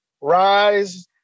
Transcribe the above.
rise